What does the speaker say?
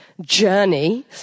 journey